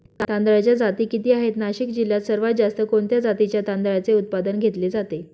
तांदळाच्या जाती किती आहेत, नाशिक जिल्ह्यात सर्वात जास्त कोणत्या जातीच्या तांदळाचे उत्पादन घेतले जाते?